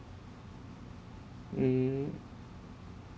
mm